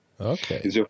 Okay